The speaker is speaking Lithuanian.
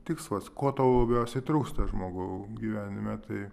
tikslas kuo tau labiausiai trūksta žmogau gyvenime tai